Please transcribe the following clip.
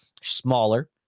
smaller